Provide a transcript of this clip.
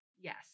yes